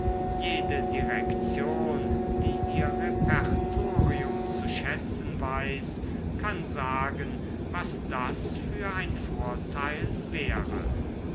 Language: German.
jede direktion die ihr repertorium zu schätzen weiß kann sagen was das für ein vorteil wäre